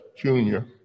junior